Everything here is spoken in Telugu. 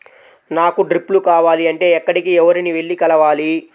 నాకు డ్రిప్లు కావాలి అంటే ఎక్కడికి, ఎవరిని వెళ్లి కలవాలి?